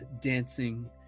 dancing